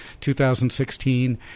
2016